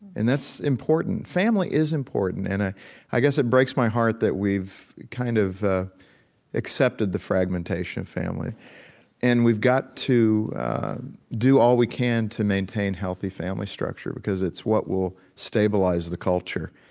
and that's important family is important and i i guess it breaks my heart that we've kind of accepted the fragmentation of family and we've got to do all we can to maintain healthy family structure because it's what will stabilize the culture.